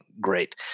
great